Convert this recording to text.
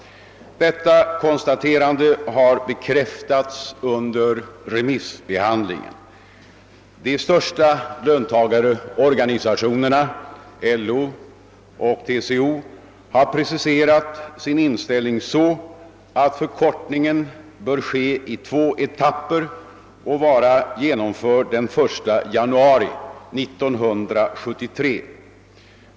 Detta konstaterande har bekräftats under remissbehandlingen. De största löntagarorganisationerna, §LO och TCO, har preciserat sin inställning så, att förkortningen bör ske i två etapper och vara genomförd den 1 januari 1973.